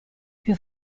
più